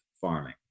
farming